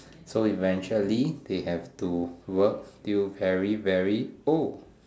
so eventually they have to work till very very old